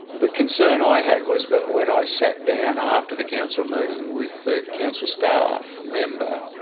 the concern i had was but when i sat down after the council meeting with the council staff member,